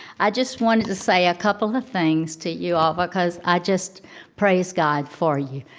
i just wanted to say a couple of things to you all, because i just praise god for you.